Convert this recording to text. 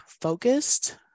focused